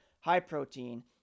high-protein